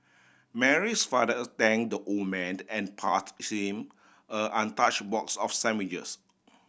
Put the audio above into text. Mary's father thank the old man and passed him untouch box of sandwiches